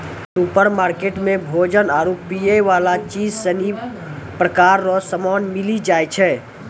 supermarket मे भोजन आरु पीयवला चीज सनी प्रकार रो समान मिली जाय छै